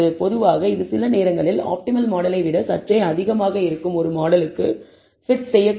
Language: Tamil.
பொதுவாக இது சில நேரங்களில் ஆப்டிமல் மாடலை விட சற்றே அதிகமாக இருக்கும் ஒரு மாடலுக்கு பிட் செய்யக்கூடும்